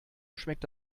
schmeckt